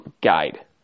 guide